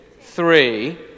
three